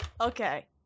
Okay